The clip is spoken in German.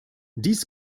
dies